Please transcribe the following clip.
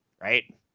right